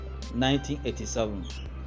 1987